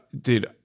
Dude